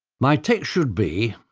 my text should be,